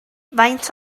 faint